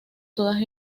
todas